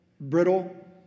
brittle